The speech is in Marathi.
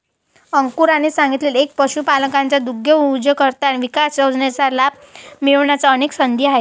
अंकुर यांनी सांगितले की, पशुपालकांना दुग्धउद्योजकता विकास योजनेचा लाभ मिळण्याच्या अनेक संधी आहेत